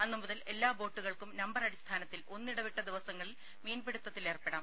അന്നുമുതൽ എല്ലാ ബോട്ടുകൾക്കും നമ്പർ അടിസ്ഥാനത്തിൽ ഒന്നിടവിട്ട ദിവസങ്ങളിൽ മീൻപിടുത്തത്തിൽ ഏർപ്പെടാം